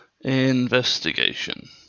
Investigation